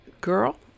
Girl